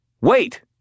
Wait